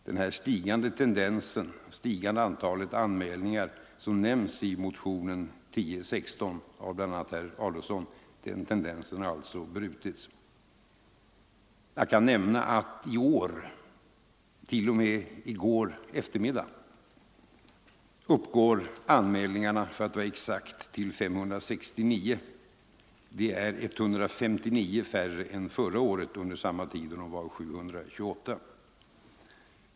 Den tendens till ett stigande antal anmälningar som nämns i motionen 1016 av bl.a. herr Adolfsson har alltså brutits. Jag kan nämna att antalet anmälningar i år t.o.m. i går eftermiddag uppgår till — för att vara exakt — 569. Det är 159 färre än under samma tid förra året då antalet var 728.